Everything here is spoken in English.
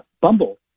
Bumble